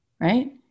Right